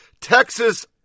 Texas